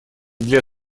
для